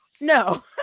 No